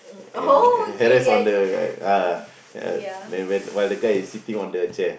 and that's on the uh uh then while while the guy is sitting on the chair